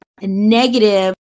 negative